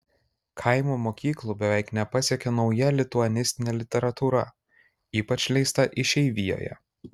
kaimo mokyklų beveik nepasiekia nauja lituanistinė literatūra ypač leista išeivijoje